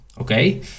okay